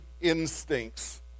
instincts